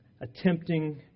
attempting